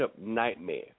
nightmare